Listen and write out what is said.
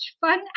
fun